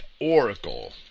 oracle